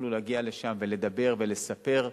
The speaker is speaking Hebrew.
שיוכלו להגיע לשם ולדבר ולספר.